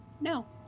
no